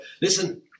Listen